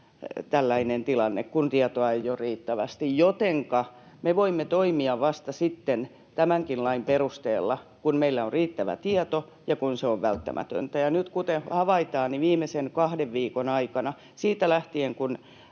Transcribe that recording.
tällainen tilanne, kun tietoa ei ole riittävästi, jotenka me voimme toimia tämänkin lain perusteella vasta sitten kun meillä on riittävä tieto ja kun se on välttämätöntä. Ja nyt, kuten havaitaan, viimeisen kahden viikon aikana, siitä lähtien, kun